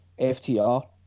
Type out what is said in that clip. FTR